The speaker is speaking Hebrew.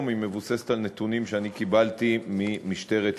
מבוססת על נתונים שקיבלתי ממשטרת ישראל,